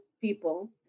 people